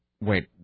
Wait